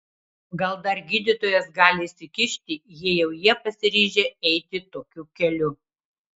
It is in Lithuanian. gal dar gydytojas gali įsikišti jei jau jie pasiryžę eiti tokiu keliu